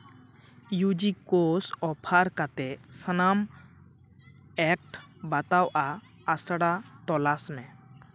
U ᱡᱤ course offer ᱠᱟᱛᱮ ᱥᱟᱱᱟᱢ ᱮᱠᱴ ᱵᱟᱛᱟᱣᱟᱜ ᱟᱥᱲᱟ ᱛᱚᱞᱟᱥ ᱢᱮ